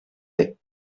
lait